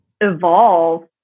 evolve